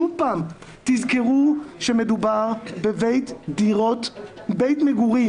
תזכרו שמדובר בבית מגורים.